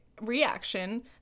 reaction